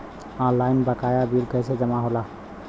Online बकाया bill कैसे जमा होला?